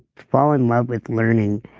fall in love with learning,